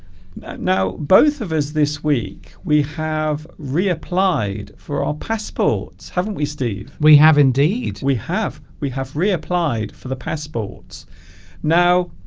now both of us this week we have reapplied for our passports haven't we steve we have indeed we have we have reapplied for the passports now